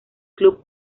club